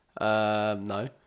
no